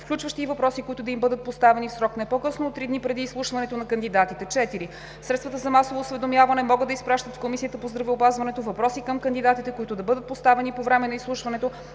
включващи и въпроси, които да им бъдат поставени в срок не по-късно от 3 дни преди изслушването на кандидатите. 4. Средствата за масово осведомяване могат да изпращат в Комисията по здравеопазването въпроси към кандидатите, които да бъдат поставени по време на изслушването